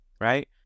right